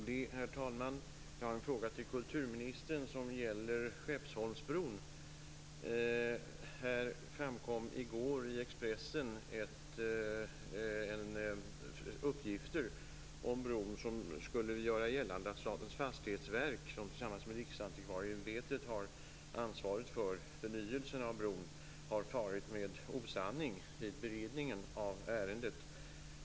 Tack herr talman! Jag har en fråga till kulturministern som gäller Skeppsholmsbron. I går framkom i Expressen uppgifter om bron som gör gällande att Statens fastighetsverk, som tillsammans med Riksantikvarieämbetet har ansvaret för förnyelsen av bron, har farit med osanning vid beredningen av ärendet.